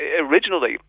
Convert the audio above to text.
originally